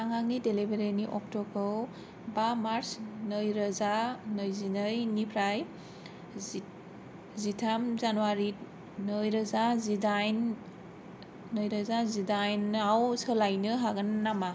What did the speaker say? आं आंनि डिलिभारिनि अक्ट'खौ बा मार्स नै रोजा नैजिनैनिफ्राय जिथाम जानुवारि नैरोजा जिदाइनआव सोलायनो हागोन नामा